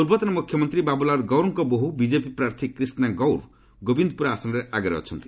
ପ୍ରର୍ବତନ ମୁଖ୍ୟମନ୍ତ୍ରୀ ବାବୁଲାଲ୍ ଗୌରଙ୍କ ବୋହ ବିଜେପି ପ୍ରାର୍ଥୀ କ୍ରୀଷ୍ଣା ଗୌର୍ ଗୋବିନ୍ଦପୁରା ଆସନରେ ଆଗରେ ଅଛନ୍ତି